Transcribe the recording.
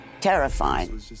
terrifying